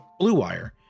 BLUEWIRE